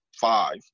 five